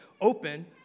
open